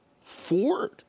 Ford